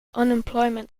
unemployment